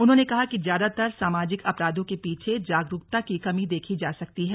उन्होंने कहा कि ज्यादातर सामाजिक अपराधों के पीछे जागरूकता की कमी देखी जा सकती है